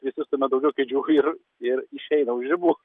išsistumia daugiau kėdžių ir ir išeina už ribų